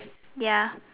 ya